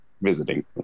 visiting